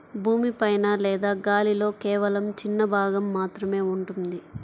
భూమి పైన లేదా గాలిలో కేవలం చిన్న భాగం మాత్రమే ఉంటుంది